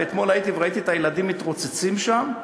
ואתמול הייתי וראיתי את הילדים מתרוצצים שם,